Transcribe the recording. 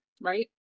right